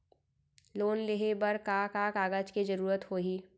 Loan लेहे बर का का कागज के जरूरत होही?